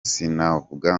sinavuga